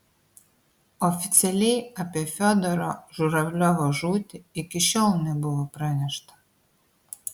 oficialiai apie fiodoro žuravliovo žūtį iki šiol nebuvo pranešta